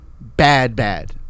bad-bad